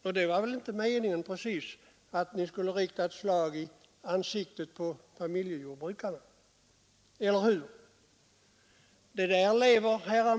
Och det var väl ändå inte meningen att ni skulle måtta ett slag i ansiktet på familjejordbrukarna — eller hur?